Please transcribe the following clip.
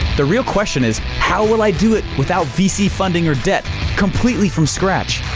the real question is, how will i do it without vc funding or debt completely from scratch?